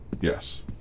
Yes